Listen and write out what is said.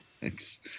thanks